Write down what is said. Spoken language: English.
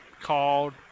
called